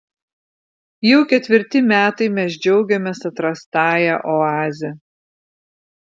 jau ketvirti metai mes džiaugiamės atrastąja oaze